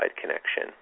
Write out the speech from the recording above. Connection